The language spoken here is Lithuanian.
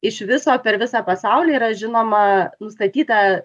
iš viso per visą pasaulį yra žinoma nustatyta